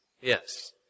Yes